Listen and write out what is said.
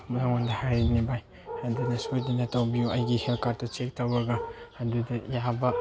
ꯅꯉꯣꯟꯗ ꯍꯥꯏꯔꯤꯅꯤ ꯚꯥꯏ ꯑꯗꯨꯅ ꯁꯣꯏꯗꯅ ꯇꯧꯕꯤꯌꯣ ꯑꯩꯒꯤ ꯍꯦꯜꯊ ꯀꯥꯔꯠꯇꯣ ꯆꯦꯛ ꯇꯧꯔꯒ ꯑꯗꯨꯗ ꯌꯥꯕ